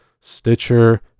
Stitcher